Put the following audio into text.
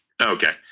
Okay